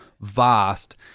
vast